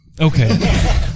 Okay